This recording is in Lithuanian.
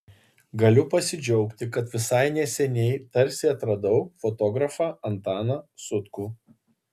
galiu pasidžiaugti kad visai neseniai tarsi atradau fotografą antaną sutkų